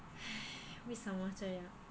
为什么这样